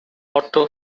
otto